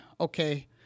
Okay